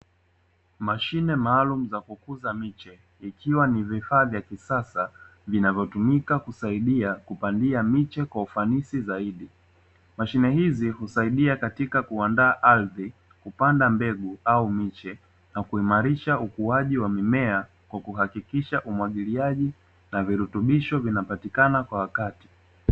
Mashine maalumu za kukuza miche ikiwa ni vifaa vya kisasa vinavyotumika kusaidia kupandia miche kwa ufanisi zaidi. Mashine hizi husaidia katika kuandaa ardhi, kupanda mbegu au miche na kuimarisha ukuaji wa mimea kwa kuhakikisha umwagiliaji na virutubisho vinapatika kwa wakati.